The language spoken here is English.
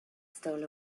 stole